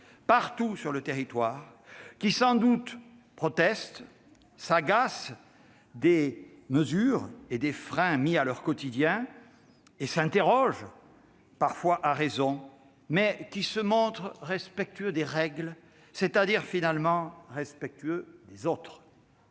partout sur le territoire, qui sans doute protestent, s'agacent des mesures et des freins mis à leur quotidien et s'interrogent, parfois à raison, mais qui se montrent respectueux des règles, c'est-à-dire finalement respectueux des autres.